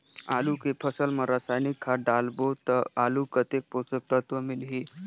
आलू के फसल मा रसायनिक खाद डालबो ता आलू कतेक पोषक तत्व मिलही?